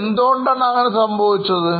എന്തു കൊണ്ടാണ് അങ്ങനെ സംഭവിച്ചത്